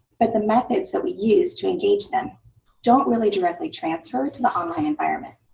but the methods that we use to engage them don't really directly transfer to the online environment.